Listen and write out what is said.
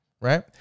Right